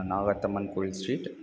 नावत्तमन् कुल् स्ट्रीट्